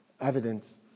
evidence